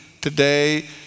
today